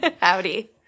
Howdy